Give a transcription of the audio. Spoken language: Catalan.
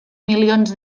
milions